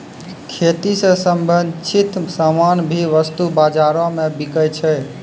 खेती स संबंछित सामान भी वस्तु बाजारो म बिकै छै